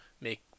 make